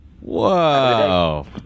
Whoa